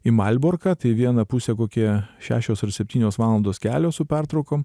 į malborką tai į vieną pusę kokie šešios ar septynios valandos kelio su pertraukom